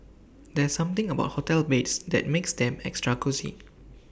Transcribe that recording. there's something about hotel beds that makes them extra cosy